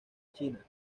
china